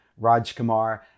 Rajkumar